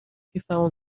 کیفمو